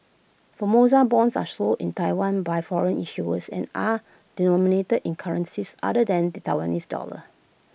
Formosa Bonds are sold in Taiwan by foreign issuers and are denominated in currencies other than the Taiwanese dollar